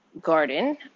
Garden